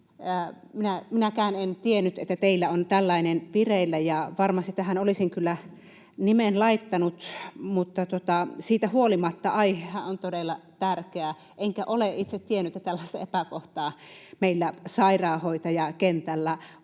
Minäkään en tiennyt, että teillä on tällainen vireillä, ja varmasti tähän olisin kyllä nimen laittanut, mutta siitä huolimatta aihehan on todella tärkeä, enkä ole itse tiennyt, että tällaista epäkohtaa meillä sairaanhoitajakentällä